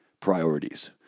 priorities